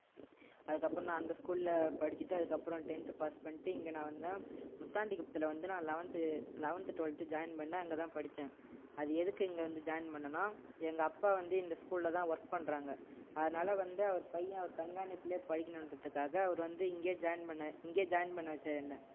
அதுக்கப்புறம் நான் அந்த ஸ்கூல்லில் படிச்சுட்டு அதுக்கப்புறம் டென்த்து பாஸ் பண்ணிகிட்டு இங்கே நான் வந்தேன் முத்தாண்டி குப்பத்தில் வந்து நான் லவன்த்து லவன்த்து டுவல்த்து ஜாயின் பண்ணிணேன் அங்கே தான் படிச்சேன் அது எதுக்கு இங்கே வந்து ஜாயின் பண்ண எங்கள் அப்பா வந்து இந்த ஸ்கூலில் தான் ஒர்க் பண்ணுறாங்கள் அதனால் வந்து அவர் பையன் அவர் கண்காணிப்பிலே படிக்கணுன்றதுக்காக அவர் வந்து இங்கேயே ஜாயின் பண்ண இங்கேயே ஜாயின் பண்ண வச்சாரு என்னை